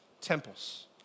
temples